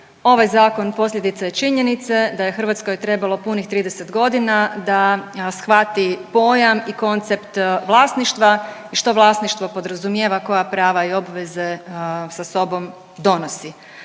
Ovaj zakon posljedica je činjenice da je Hrvatskoj trebalo punih 30 godina da shvati pojam i koncept vlasništva i što vlasništvo podrazumijeva koja prava i obveze sa sobom donosi.